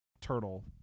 turtle